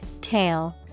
tail